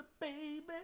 baby